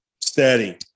Steady